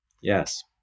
yes